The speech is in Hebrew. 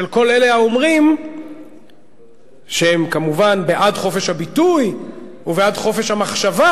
של כל אלה האומרים שהם כמובן בעד חופש הביטוי ובעד חופש המחשבה,